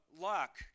luck